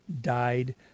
died